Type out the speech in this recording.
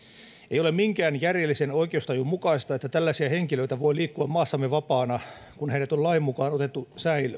ei ole minkään järjellisen oikeustajun mukaista että tällaisia henkilöitä voi liikkua maassamme vapaana otettu säilöön